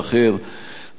מערכת המשפט,